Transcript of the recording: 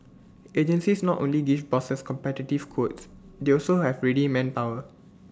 agencies not only give bosses competitive quotes they also have ready manpower